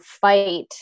fight